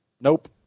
Nope